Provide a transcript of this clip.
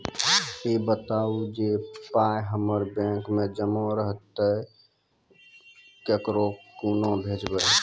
ई बताऊ जे पाय हमर बैंक मे जमा रहतै तऽ ककरो कूना भेजबै?